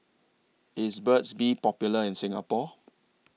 IS Burt's Bee Popular in Singapore